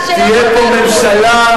תהיה פה ממשלה,